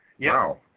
Wow